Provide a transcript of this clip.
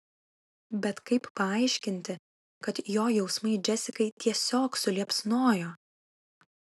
bet kaip paaiškinti kad jo jausmai džesikai tiesiog suliepsnojo